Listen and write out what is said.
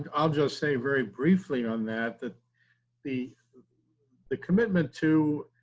and i'll just say very briefly on that that the the commitment to